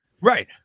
Right